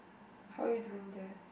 how're you doing there